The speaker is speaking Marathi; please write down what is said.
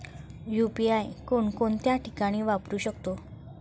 यु.पी.आय कोणकोणत्या ठिकाणी वापरू शकतो?